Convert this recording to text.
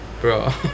bro